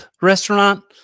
restaurant